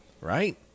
right